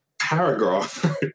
paragraph